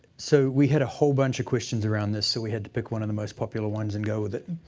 so, we had a whole bunch of questions around this, so we had to pick one of the most popular ones and go with it.